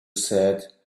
said